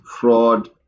fraud